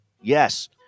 Yes